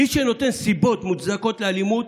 מי שנותן סיבות מוצדקות לאלימות,